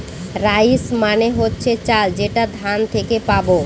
rice মানে হচ্ছে চাল যেটা ধান থেকে পাবো